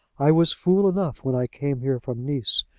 i was fool enough when i came here from nice,